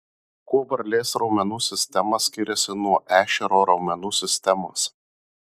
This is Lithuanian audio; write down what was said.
kuo varlės raumenų sistema skiriasi nuo ešerio raumenų sistemos